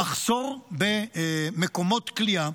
המחסור במקומות כליאה,